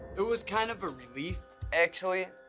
it was kind of a relief, actually,